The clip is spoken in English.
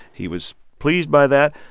he was pleased by that.